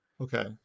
Okay